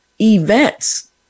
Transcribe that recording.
events